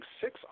six